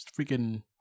freaking